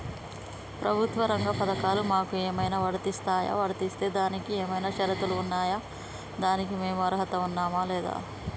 ప్రభుత్వ రంగ పథకాలు మాకు ఏమైనా వర్తిస్తాయా? వర్తిస్తే దానికి ఏమైనా షరతులు ఉన్నాయా? దానికి మేము అర్హత ఉన్నామా లేదా?